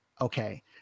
Okay